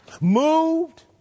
moved